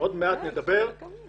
עוד מעט נדבר על זה.